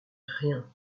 rien